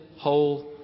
whole